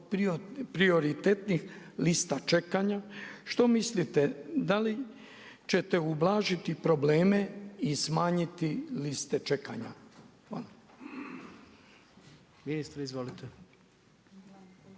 prioritetnih lista čekanja? Što mislite da li ćete ublažiti probleme i smanjiti liste čekanja? Hvala. **Kujundžić, Milan